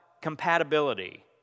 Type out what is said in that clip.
compatibility